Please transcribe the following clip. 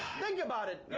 think about it.